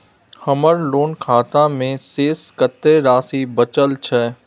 हमर लोन खाता मे शेस कत्ते राशि बचल छै?